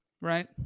Right